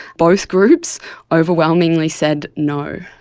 both groups overwhelmingly said no.